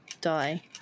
die